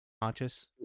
conscious